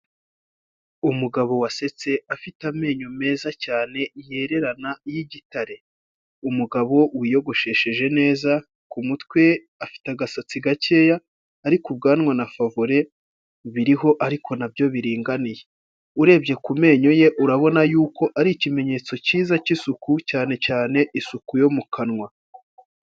Umugabo wasetse afite amenyo meza cyane yererana y'igitare, umugabo wiyogoshesheje neza ku mutwe afite agasatsi gakeya ariko ubwanwa na favore biriho ariko nabyo biringaniye, urebye ku menyo ye urabona yuko ari ikimenyetso cyiza cy'isuku cyane cyane isuku yo mu kanwa.